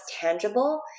tangible